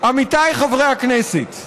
עמיתיי חברי הכנסת,